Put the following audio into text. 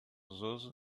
those